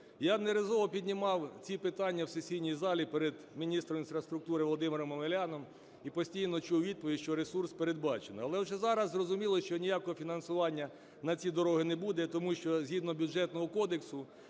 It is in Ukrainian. Я неодноразово піднімав ці питання в сесійній залі перед міністром інфраструктури Володимиром Омеляном і постійно чув відповідь, що ресурс передбачено. Але вже зараз зрозуміло, що ніякого фінансування на ці дороги не буде, тому що згідно Бюджетного кодексу